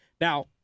Now